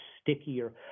stickier